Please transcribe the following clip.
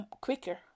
quicker